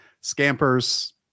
scampers